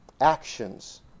actions